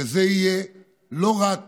וזה יהיה לא רק